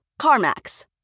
CarMax